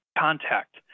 contact